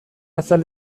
azal